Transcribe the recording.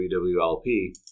WWLP